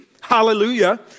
Hallelujah